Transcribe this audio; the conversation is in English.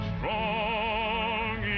Strong